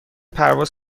پرواز